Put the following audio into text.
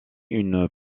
une